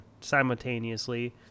simultaneously